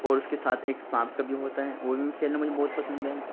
اور اس کے ساتھ ایک سانپ کا بھی ہوتا ہے وہ بھی کھیلنا مجھے بہت پسند ہے